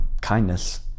kindness